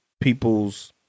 people's